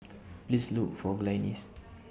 Please Look For Glynis